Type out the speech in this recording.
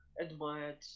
admired